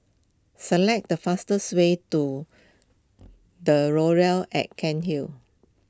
select the fastest way to the Laurels at Cairnhill